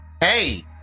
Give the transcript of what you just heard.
hey